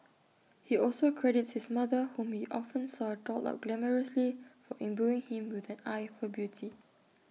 he also credits his mother whom he often saw dolled up glamorously for imbuing him with an eye for beauty